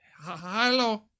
hello